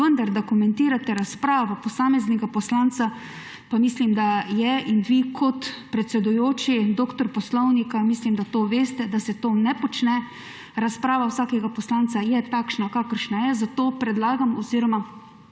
vendar, da komentirate razpravo posameznega poslanca, pa mislim, da je in vi, kot predsedujoči, doktor Poslovnika, mislim, da to veste, da se to ne počne. 33. TRAK (VI) 16.40 (Nadaljevanje) Razprava vsakega poslanca je takšna kakršna je, zato predlagam oziroma